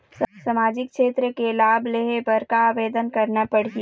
सामाजिक क्षेत्र के लाभ लेहे बर का आवेदन करना पड़ही?